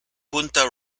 punta